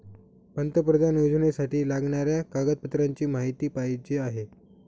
पंतप्रधान योजनेसाठी लागणाऱ्या कागदपत्रांची माहिती पाहिजे आहे